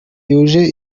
yuje